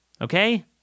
Okay